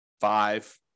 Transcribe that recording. five